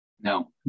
No